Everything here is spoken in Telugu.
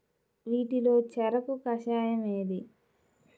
వీటిలో చెరకు కషాయం ఏది?